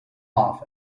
off